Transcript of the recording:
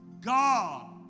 God